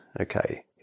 Okay